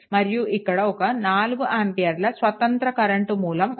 మరియు ఇక్కడ ఒక 4 ఆంపియర్ల స్వతంత్ర కరెంట్ మూలం ఉంది